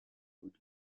would